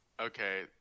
Okay